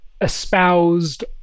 espoused